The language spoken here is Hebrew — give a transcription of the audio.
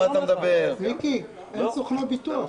מיקי, אין סוכני ביטוח.